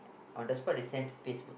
on the spot they send to Facebook